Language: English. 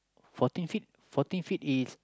fourteen feet fourteen feet is